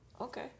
Okay